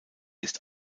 ist